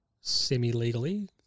semi-legally